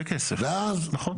נכון.